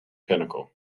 pinnacle